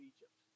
Egypt